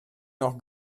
noch